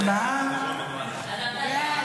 הצבעה.